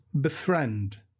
befriend